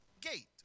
gate